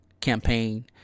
campaign